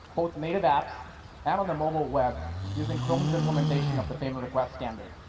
both native apps and on the mobile web using chrome's implementation of the payment request standard.